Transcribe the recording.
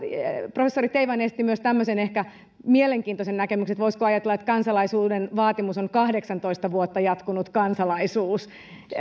professori teivainen esitti myös tämmöisen ehkä mielenkiintoisen näkemyksen että voisiko ajatella että kansalaisuuden vaatimus on kahdeksantoista vuotta jatkunut kansalaisuus